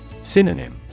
Synonym